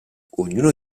ognuno